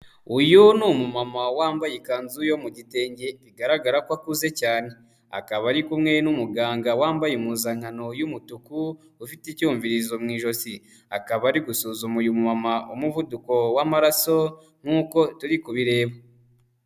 Uyu ni umumama wambaye ikanzu yo mu gitenge bigaragara ko akuze cyane. Akaba ari kumwe n'umuganga wambaye impuzankano y'umutuku ufite icyumvirizo mu ijosi, akaba ari gusuzuma uyu mumama umuvuduko w'amaraso nkuko turi kubireba.